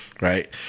Right